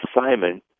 Simon